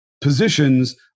positions